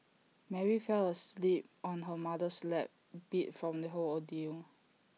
Mary fell asleep on her mother's lap beat from the whole ordeal